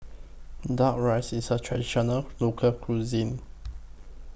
Duck Rice IS A Traditional Local Cuisine